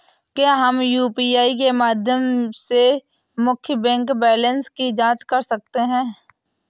क्या हम यू.पी.आई के माध्यम से मुख्य बैंक बैलेंस की जाँच कर सकते हैं?